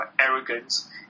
arrogance